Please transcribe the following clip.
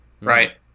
right